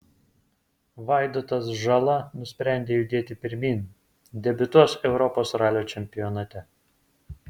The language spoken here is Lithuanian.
vaidotas žala nusprendė judėti pirmyn debiutuos europos ralio čempionate